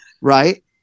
right